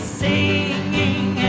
singing